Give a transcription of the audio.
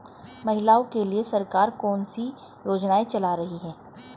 महिलाओं के लिए सरकार कौन सी योजनाएं चला रही है?